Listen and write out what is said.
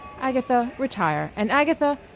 agatha, retire and agatha,